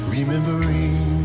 Remembering